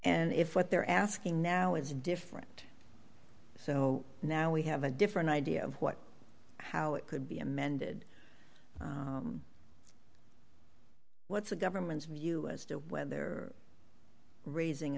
and if what they're asking now is different so now we have a different idea of what how it could be amended what's the government's view as to whether raising